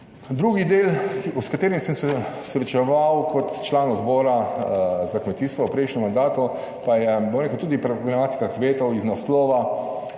Drugi del, s katerim sem se srečeval kot član Odbora za kmetijstvo v prejšnjem mandatu pa je, bom rekel, tudi problematika kmetov iz naslova,